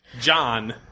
John